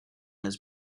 his